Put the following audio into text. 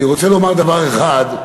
אני רוצה לומר דבר אחד: